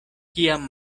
kiam